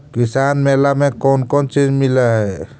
किसान मेला मे कोन कोन चिज मिलै है?